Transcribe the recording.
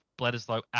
Bledisloe